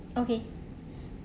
okay